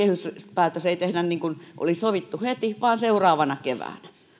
kehyspäätöstä ei tehdä heti niin kuin oli sovittu vaan seuraavana keväänä